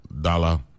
dollar